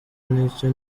n’icyo